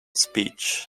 speech